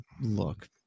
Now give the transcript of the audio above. look